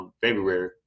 February